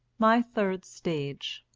my third stage